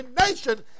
nation